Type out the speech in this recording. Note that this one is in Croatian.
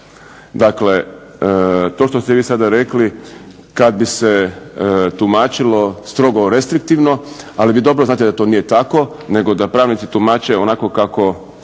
Dakle to što ste vi sada rekli kad bi se tumačilo strogo restriktivno, ali vi dobro znate da to nije tako nego da pravnici tumače onako kako